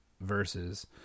verses